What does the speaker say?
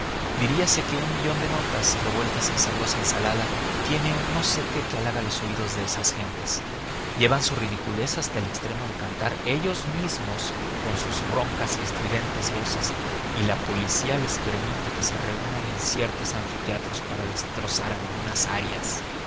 auber diríase que un millón de notas revueltas en sabrosa ensalada tiene un no sé qué que halaga los oídos de esas gentes llevan su ridiculez hasta el extremo de cantar ellos mismos con sus roncas y estridentes voces y la policía les permite que se reúnan en ciertos anfiteatros para destrozar algunas arias